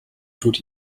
tut